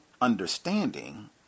understanding